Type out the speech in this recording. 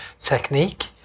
technique